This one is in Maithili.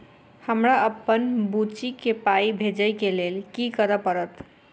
हमरा अप्पन बुची केँ पाई भेजइ केँ लेल की करऽ पड़त?